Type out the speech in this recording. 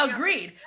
Agreed